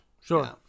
Sure